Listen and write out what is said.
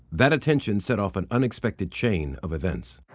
that attention set off an unexpected chain of events.